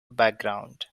background